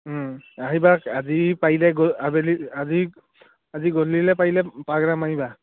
আহিবা আজি পাৰিলে গ আবেলি আজি আজি গধূলিলৈ পাৰিলে পাক এটা মাৰিবা